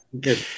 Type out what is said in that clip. good